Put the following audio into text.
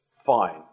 Fine